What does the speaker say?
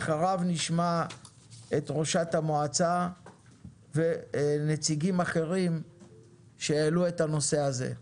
לאחריו נשמע את ראשת המועצה ונציגים אחרים שהעלו את הנושא הזה.